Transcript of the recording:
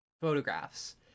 photographs